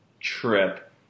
trip